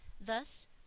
Thus